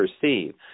perceive